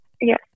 Yes